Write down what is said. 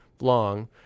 long